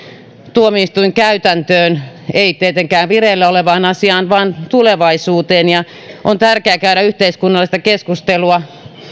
tuomioistuinkäytäntöön ei tietenkään vireillä olevaan asiaan vaan tulevaisuuteen ja on tärkeää käydä yhteiskunnallista keskustelua